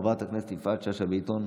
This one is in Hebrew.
חברת הכנסת יפעת שאשא ביטון,